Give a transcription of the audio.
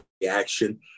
reaction